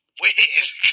weird